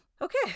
Okay